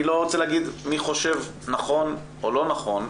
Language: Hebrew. אני לא רוצה להגיד מי חושב נכון או לא נכון,